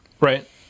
Right